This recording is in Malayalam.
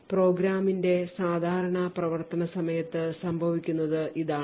പ്രോഗ്രാമിന്റെ സാധാരണ പ്രവർത്തന സമയത്ത് സംഭവിക്കുന്നത് ഇതാണ്